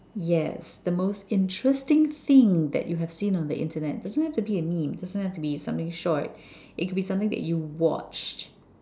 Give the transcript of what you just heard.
yes the most interesting thing that you have seen on the internet doesn't have to be a meme doesn't have to be something short it could be something that you watched